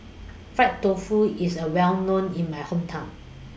Fried Tofu IS A Well known in My Hometown